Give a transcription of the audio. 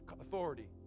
authority